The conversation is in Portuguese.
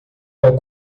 vai